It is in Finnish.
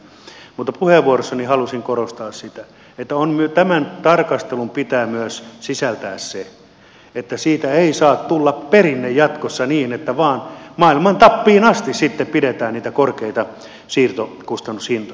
mutta puheenvuorossani halusin korostaa sitä että tämän tarkastelun pitää myös sisältää se että siitä ei saa tulla perinne jatkossa niin että vain maailman tappiin asti sitten pidetään niitä korkeita siirtokustannushintoja